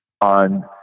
on